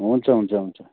हुन्छ हुन्छ हुन्छ